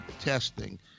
testing